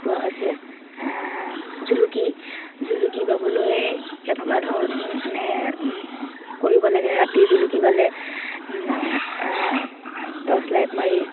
শিকোৱা হৈছে জুলুকি জুলুকি বাবলৈ কেনেকুৱা ধৰণে কৰিব লাগে ৰাতি জুলুকি বালে টৰ্চ লাইট মাৰি